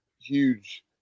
huge